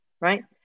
right